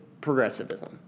progressivism